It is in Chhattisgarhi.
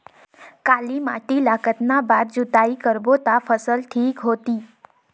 काली माटी ला कतना बार जुताई करबो ता फसल ठीक होती?